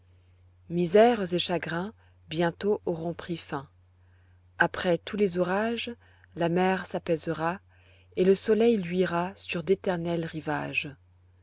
misères et chagrin bientôt auront pris fin après tous les orages la mer s'apaisera et le soleil luira sur d'éternels rivages